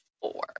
four